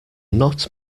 not